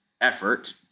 effort